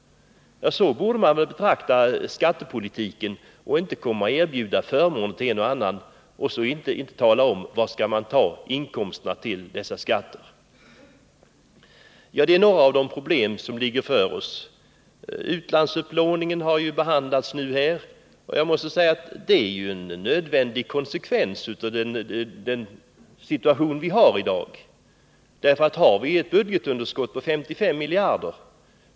Man borde se på skattepolitiken på det här sättet, och inte erbjuda förmåner i form av skattelättnad för en och annan grupp. utan att tala om varifrån man skall ta pengarna till detta. Det var några av de problem som vi har framför oss. Jag vill återkomma till frågan om utlandsupplåningen och säga att den är en konsekvens av den situation som råder i dag med ett budgetunderskott på 55 miljarder.